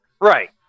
Right